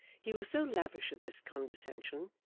he was so lavish of this condescension,